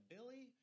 Billy